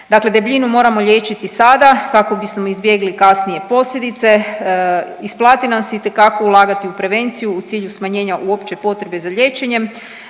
Dakle, debljinu moram liječiti sada kako bismo izbjegli kasnije posljedice. Isplati nam se itekako ulagati u prevenciju u cilju smanjenja uopće potrebe za liječenjem,